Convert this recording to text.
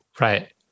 Right